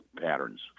patterns